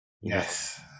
Yes